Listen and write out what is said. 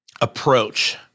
approach